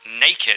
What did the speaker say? naked